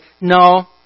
no